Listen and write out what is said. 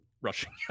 rushing